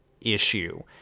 issue